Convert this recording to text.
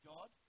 God